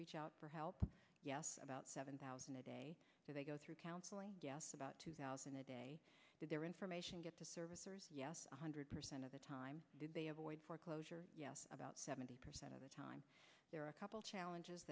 reach out for help about seven thousand a day do they go through counseling about two thousand a day did their information get to servicers yes one hundred percent of the time did they avoid foreclosure about seventy percent of the time there are a couple challenges